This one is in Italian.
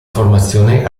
formazione